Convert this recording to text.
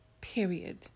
period